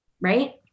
Right